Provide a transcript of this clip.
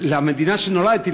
למדינה שנולדתי בה,